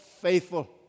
faithful